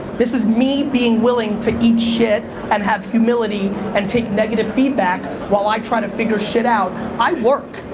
this is me being willing to eat shit and have humility and take negative feedback while i try to figure shit out. i work.